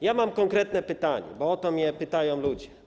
Ja mam konkretne pytanie, bo o to mnie pytają ludzie.